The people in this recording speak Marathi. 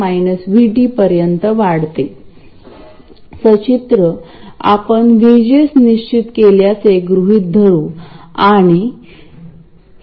तसेच आपल्याला RG च्या परिणामाचे विश्लेषण करावे लागेल कारण RG मूळ कॉमन सोर्स ऍम्प्लिफायर चा घटक नाही